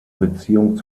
beziehung